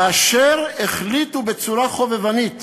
כאשר החליטו בצורה חובבנית